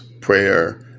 Prayer